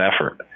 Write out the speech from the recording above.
effort